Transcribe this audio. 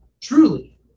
Truly